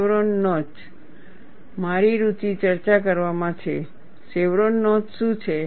chevron notch મારી રુચિ ચર્ચા કરવામાં છે શેવરોન નોચ શું છે